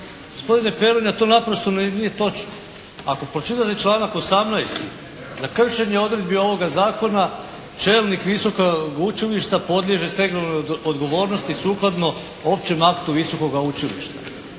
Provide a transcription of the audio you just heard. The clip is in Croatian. Gospodine Peronja to naprosto nije točno. Ako pročitate članak 18. za kršenje odredbi ovoga zakona čelnik visokog učilišta podliježe stegovnoj odgovornosti sukladno općem aktu visokoga učilišta.